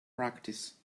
practice